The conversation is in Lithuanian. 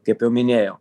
kaip jau minėjau